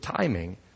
timing